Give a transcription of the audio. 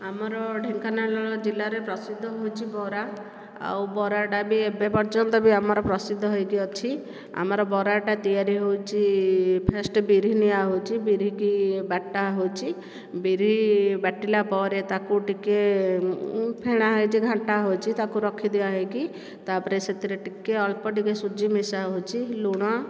ଆମର ଢେଙ୍କାନାଳ ଜିଲ୍ଲାରେ ପ୍ରସିଦ୍ଧ ହେଉଛି ବରା ଆଉ ବରା ଟା ବି ଏବେ ପର୍ଯ୍ୟନ୍ତ ବି ଆମର ପ୍ରସିଦ୍ଧ ହୋଇକି ଅଛି ଆମର ବରା ଟା ତିଆରି ହେଉଛି ଫାଷ୍ଟ ବିରି ନିଆ ହେଉଛି ବିରି କି ବାଟା ହେଉଛି ବିରି ବାଟିଲା ପରେ ତାକୁ ଟିକେ ଫେଣା ହେଉଛି ଘଣ୍ଟା ହେଉଛି ତାକୁ ରଖିଦିଆ ହୋଇକି ତା'ପରେ ସେଥିରେ ଟିକେ ଅଳ୍ପ ଟିକେ ସୁଜି ମିଶା ହେଉଛି ଲୁଣ